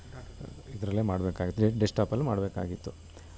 ಇದ್ರಲ್ಲೇ ಮಾಡ್ಬೇಕಾಗಿತ್ತು ಡೆಸ್ಟಾಪಲ್ಲಿ ಮಾಡಬೇಕಾಗಿತ್ತು